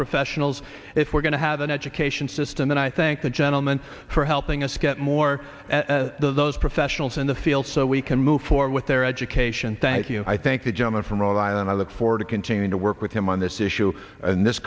professionals if we're going to have an education system and i thank the gentleman for helping us get more of those professionals in the field so we can move forward with their education thank you i thank the gentleman from rhode island i look forward to continuing to work with him on this issue and this